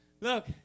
Look